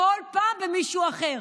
כל פעם במישהו אחר.